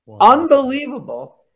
Unbelievable